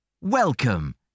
Welcome